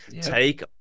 take